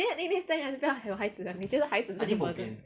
then I think next time 你还是不要有孩子了你觉得孩子是很 burden